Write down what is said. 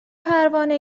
پروانه